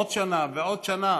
עוד שנה ועוד שנה,